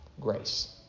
Grace